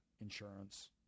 insurance